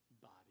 body